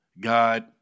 God